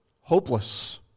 hopeless